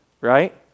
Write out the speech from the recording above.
Right